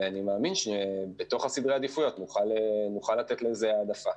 אני מאמין שבתוך סדרי העדיפויות נוכל לתת לזה העדפה.